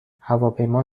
هواپیما